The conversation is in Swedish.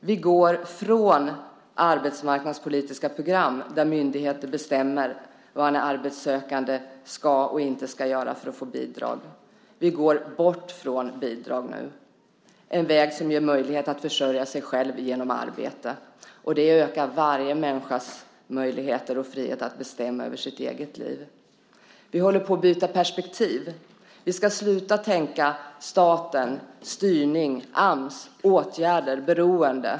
Vi går från arbetsmarknadspolitiska program där myndigheter bestämmer vad en arbetssökande ska och inte ska göra för att få bidrag. Vi går bort från bidrag nu, en väg som ger möjlighet att försörja sig själv genom arbete. Det ökar varje människas möjligheter och frihet att bestämma över sitt eget liv. Vi håller på att byta perspektiv. Vi ska sluta tänka: staten, styrning, Ams, åtgärder, beroende.